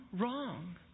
wrong